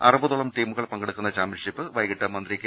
അറു പതോളം ടീമുകൾ പങ്കെടുക്കുന്ന ചാമ്പ്യൻഷിപ്പ് വൈകീട്ട് മന്ത്രി കെ